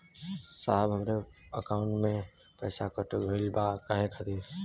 साहब हमरे एकाउंट से पैसाकट गईल बा काहे खातिर?